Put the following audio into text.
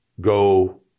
go